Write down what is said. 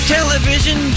Television